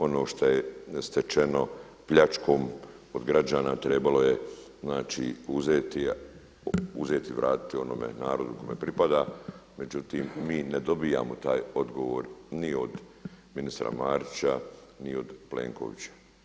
Ono šta je stečeno pljačkom od građana trebalo je uzeti i vratiti onome narodu kome pripada, međutim mi ne dobivamo taj odgovor ni od ministra Marića ni od Plenkovića.